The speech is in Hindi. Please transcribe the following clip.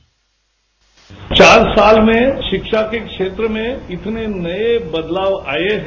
बाइट चार साल में शिक्षा के क्षेत्र में इतने नये बदलाव आये हैं